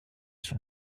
son